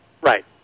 Right